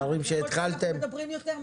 ככל שאנחנו מדברים יותר,